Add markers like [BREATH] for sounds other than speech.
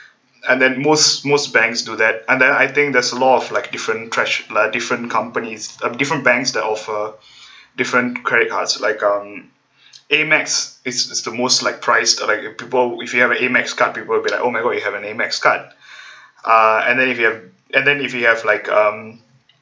and then most most banks do that and then I think that's a lot of like different trash uh different companies um different banks that offer [BREATH] different credit cards like um AMEX is is the most like priced like people with if you have an AMEX card people will be like oh my god you have an AMEX card uh and then if you have and then if you have like um